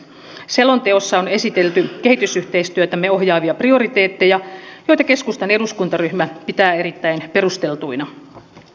selonteossa on esitelty kehitysyhteistyötämme ohjaavia prioriteetteja joita keskustan eduskuntaryhmä pitää erittäin perusteltuina